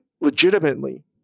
legitimately